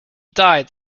died